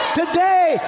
today